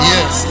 Yes